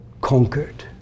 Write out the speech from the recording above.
conquered